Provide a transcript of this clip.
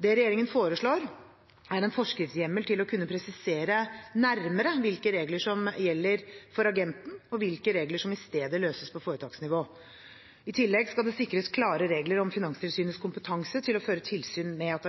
Det regjeringen foreslår, er en forskriftshjemmel til å kunne presisere nærmere hvilke regler som gjelder for agenten, og hvilke regler som i stedet løses på foretaksnivå. I tillegg skal det sikres klare regler om Finanstilsynets kompetanse til å føre tilsyn med at